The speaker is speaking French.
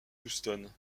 houston